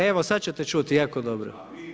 Evo sada ćete čuti jako dobro.